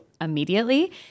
immediately